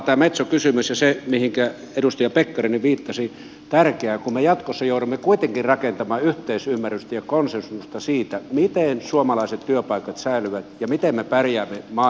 tämä metso kysymys ja se mihinkä edustaja pekkarinen viittasi on sillä tavalla tärkeää että me jatkossa joudumme kuitenkin rakentamaan yhteisymmärrystä ja konsensusta siitä miten suomalaiset työpaikat säilyvät ja miten me pärjäämme maailmanmarkkinoilla